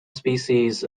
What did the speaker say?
species